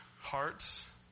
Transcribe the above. hearts